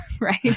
right